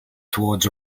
towards